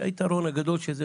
היתקרון הגדול בחוק: